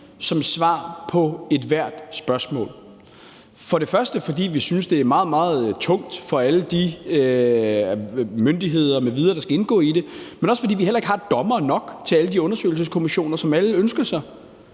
som svar på ethvert spørgsmål. For det første fordi vi synes, det er meget, meget tungt for alle de myndigheder m.v., der skal indgå i det, men for det andet også, fordi vi ikke har dommere nok til alle de undersøgelseskommissioner, som alle ønsker sig.